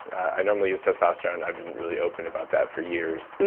i normally use testosterone. i've been really open about that for years.